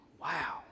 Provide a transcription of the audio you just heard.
wow